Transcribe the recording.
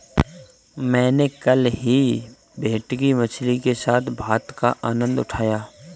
मैंने कल ही भेटकी मछली के साथ भात का आनंद उठाया